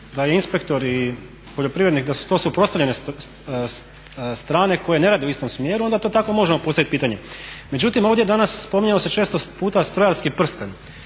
da su inspektori i poljoprivrednik da su to suprotstavljene strane koje ne rade u istom smjeru, onda to tako možemo postaviti pitanje. Međutim, ovdje je danas spominjao se često puta strojarski prsten,